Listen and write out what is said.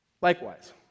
Likewise